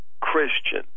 Christian